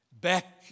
back